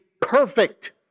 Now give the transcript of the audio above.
perfect